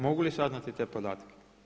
Mogu li saznati te podatke?